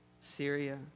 Syria